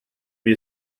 wie